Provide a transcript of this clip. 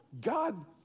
God